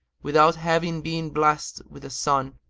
without having been blessed with a son,